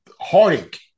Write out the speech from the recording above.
heartache